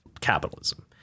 capitalism